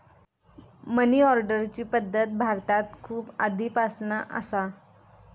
मनी ऑर्डरची पद्धत भारतात खूप आधीपासना असा